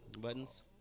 buttons